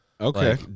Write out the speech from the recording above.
Okay